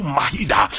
Mahida